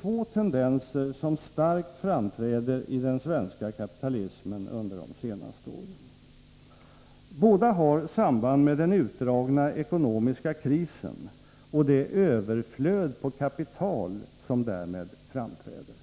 Två tendenser är starkt markerade i den svenska kapitalismen under de senaste åren. Båda har samband med den utdragna ekonomiska krisen och det överflöd på kapital som därmed framträder.